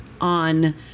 on